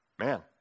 Man